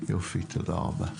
יופי, תודה רבה.